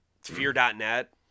fear.net